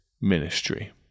ministry